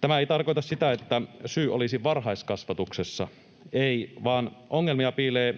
Tämä ei tarkoita sitä, että syy olisi varhaiskasvatuksessa. Ei, vaan ongelmia piilee